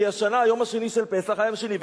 כי השנה היום השני של פסח היה יום שני.